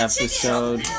Episode